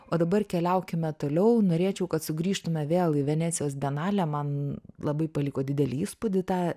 o dabar keliaukime toliau norėčiau kad sugrįžtume vėl į venecijos bienalę man labai paliko didelį įspūdį ta